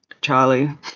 Charlie